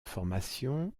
formation